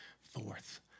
forth